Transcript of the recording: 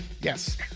Yes